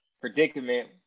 predicament